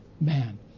man